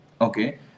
Okay